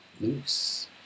loose